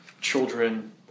children